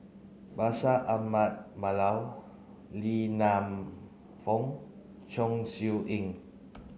Bashir Ahmad Mallal Lee Man Fong Chong Siew Ying